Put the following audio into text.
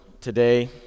today